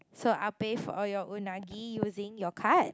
so I pay for all your unagi using your card